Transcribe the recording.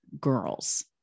girls